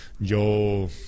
yo